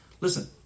listen